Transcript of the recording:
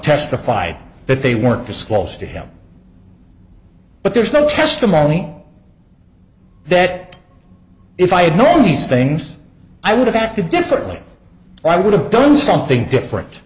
testified that they worked for squalls to him but there's no testimony that if i had known these things i would have acted differently i would have done something different